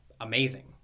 amazing